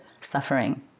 suffering